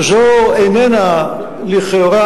שזו איננה לכאורה,